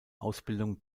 ausbildung